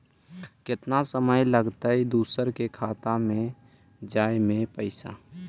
केतना समय लगतैय दुसर के खाता में जाय में पैसा?